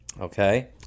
Okay